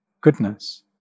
goodness